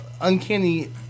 Uncanny